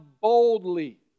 boldly